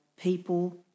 people